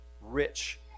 rich